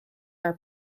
are